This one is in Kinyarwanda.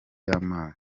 y’amazi